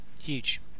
huge